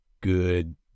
good